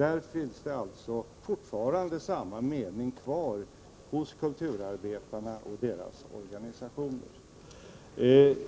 Kulturarbetarna och deras organisationer har alltså fortfarande samma mening.